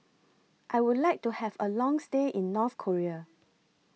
I Would like to Have A Long stay in North Korea